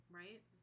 right